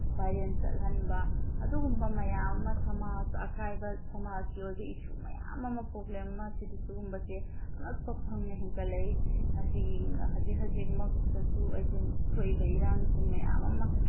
viral ꯆꯠꯍꯟꯕ ꯑꯗꯨꯒꯨꯝꯕ ꯃꯌꯥꯝ ꯑꯃ ꯁꯃꯥꯖꯇ ꯑꯀꯥꯏꯕ ꯁꯃꯥꯖꯀꯤ ꯑꯣꯏꯕ ꯏꯁꯨ ꯃꯌꯥꯝ ꯑꯃ ꯄ꯭ꯔꯣꯕ꯭ꯂꯦꯝ ꯑꯃ ꯁꯤ ꯁꯨꯒꯨꯝꯕꯁꯦ ꯑꯉꯛꯄ ꯐꯪꯅ ꯍꯦꯟꯀꯠꯂꯛꯏ ꯉꯁꯤꯒꯤ ꯍꯧꯖꯤꯛ ꯍꯧꯖꯤꯛꯃꯛꯇꯁꯨ ꯑꯩꯈꯣꯏ ꯊꯣꯛꯏꯕ ꯏꯔꯥꯡꯁꯤꯡ ꯃꯌꯥꯝ ꯑꯃ